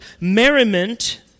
merriment